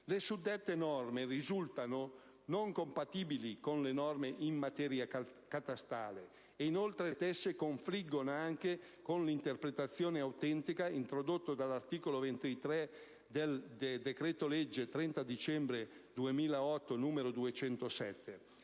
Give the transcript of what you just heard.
Le suddette norme risultano non compatibili con le norme in materia catastale e, inoltre, confliggono anche con l'interpretazione autentica introdotta dall'articolo 23 del decreto-legge 30 dicembre 2008, n. 207.